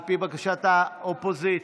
על פי בקשת האופוזיציה.